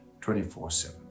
24-7